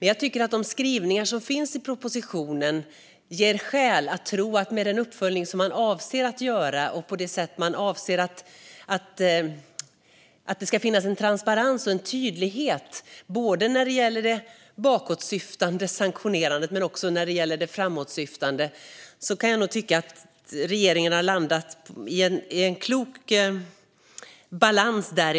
Jag tycker att de skrivningar som finns i propositionen visar att regeringen har landat i en klok balans när det gäller den uppföljning som man avser att göra och att man avser att det ska finnas en transparens och tydlighet när det gäller både det bakåtsyftande sanktionerandet och det framåtsyftande.